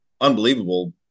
unbelievable